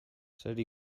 zer